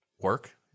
work